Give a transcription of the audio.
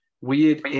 weird